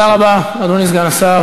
תודה רבה, אדוני סגן השר.